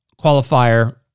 qualifier